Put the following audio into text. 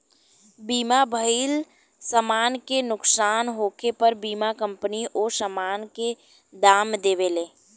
बीमा भइल समान के नुकसान होखे पर बीमा कंपनी ओ सामान के दाम देवेले